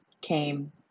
came